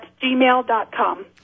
gmail.com